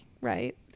right